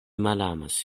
malamas